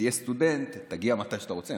כשתהיה סטודנט תגיע מתי שאתה רוצה.